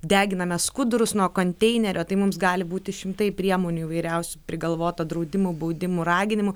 deginame skudurus nuo konteinerio tai mums gali būti šimtai priemonių įvairiausių prigalvota draudimų baudimų raginimų